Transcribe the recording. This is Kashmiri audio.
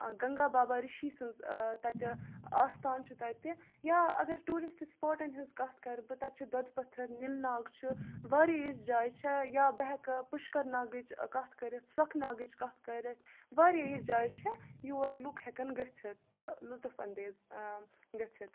گَنٛگا بابا رِشی سٕنٛز تَتہِ آستان چھُ تَتہِ یا اگر ٹیوٗرِسٹ سٕپاٹَن ہِنٛز کَتھ کَرٕ بہٕ تَتہِ چھُ دۄدٕ پَتھٕر نِل ناگ چھُ واریاہ یِژھ جایہِ چھےٚ یا بہٕ ہٮ۪کہٕ پُشکَر ناگٕچ کَتھ کٔرِتھ سۄکھ ناگٕچ کَتھ کٔرِتھ واریاہ یِژھ جایہِ چھےٚ یور لُکھ ہٮ۪کَن گٔژھِتھ تہٕ لُطف اَنٛدیز گٔژھِتھ